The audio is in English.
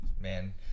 Man